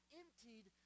emptied